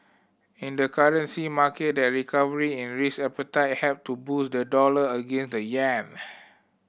in the currency market the recovery in risk appetite helped to boost the dollar against the yen